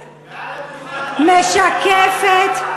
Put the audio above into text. משקפת,